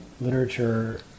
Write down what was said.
Literature